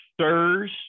stirs